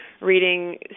reading